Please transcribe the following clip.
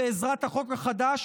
בעזרת החוק החדש,